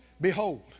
behold